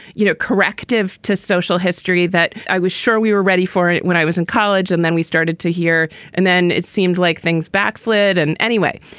you know, corrective to social history that i was sure we were ready for it when i was in college and then we started to hear and then it seemed like things backslid. and anyway,